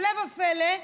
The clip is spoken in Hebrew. הפלא ופלא,